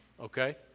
Okay